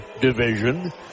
Division